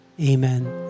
Amen